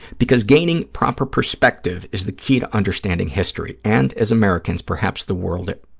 because gaining proper perspective is the key to understanding history and, as americans, perhaps the world